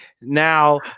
Now